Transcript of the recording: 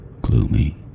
Gloomy